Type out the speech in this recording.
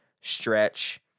stretch